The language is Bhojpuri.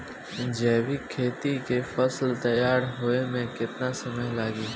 जैविक खेती के फसल तैयार होए मे केतना समय लागी?